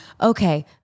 Okay